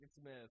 smith